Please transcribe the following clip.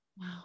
Wow